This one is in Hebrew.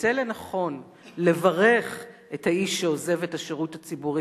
שמוצא לנכון לברך את האיש שעוזב את השירות הציבורי